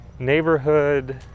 neighborhood